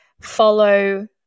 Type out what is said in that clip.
follow